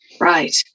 Right